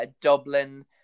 Dublin